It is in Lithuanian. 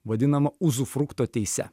vadinamą uzufrukto teise